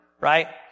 Right